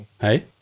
Hey